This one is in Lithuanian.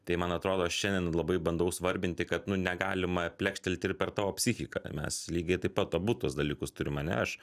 tai man atrodo šiandien labai bandau svarbinti kad nu negalima plekštelt ir per tavo psichiką mes lygiai taip pat abu tuos dalykus turim ane aš